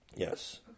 Yes